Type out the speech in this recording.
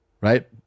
Right